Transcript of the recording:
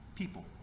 People